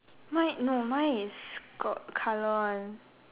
mine no mine is got colour one